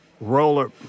Roller